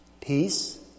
peace